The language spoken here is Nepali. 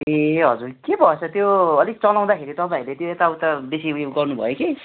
ए हजुर के भएछ त्यो अलिक चलाउँदाखेरि तपाईँहरूले त्यो यताउता बेसी उयो गर्नु भयो कि